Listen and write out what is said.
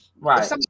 Right